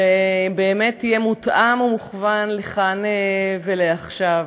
שיהיה מותאם ומכוון לכאן ולעכשיו.